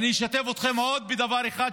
אשתף אתכם בעוד דבר אחד.